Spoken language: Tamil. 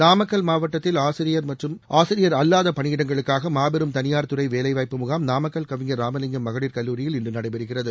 நாமக்கல் மாவட்டத்தில் ஆசிரியர் மற்றும் ஆசிரியர் அல்லாத பணியிடங்களுக்காக மாபெரும் தளியார் துறை வேலைவாய்ப்பு முகாம் நாமக்கல் கவிஞர் இராமலிங்கம் மகளிர் கல்லூரியில் இன்று நடைபெறுகிறது